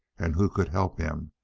and who could help him,